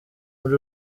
muri